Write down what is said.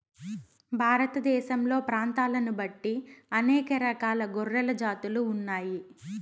భారతదేశంలో ప్రాంతాలను బట్టి అనేక రకాల గొర్రెల జాతులు ఉన్నాయి